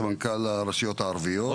סמנכ"ל הרשויות הערביות,